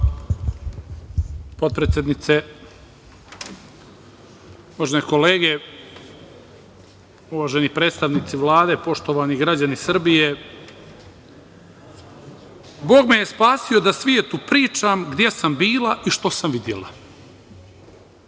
Hvala. Uvažene kolege, uvaženi predstavnici Vlade, poštovani građani Srbije - Bog mi je spasio da svetu pričam gdje sam bila i što sam videla.